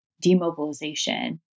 demobilization